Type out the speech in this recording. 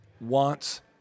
wants